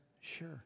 Sure